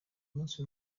munsi